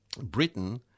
Britain